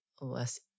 less